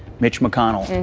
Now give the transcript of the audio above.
mitch mcconnell.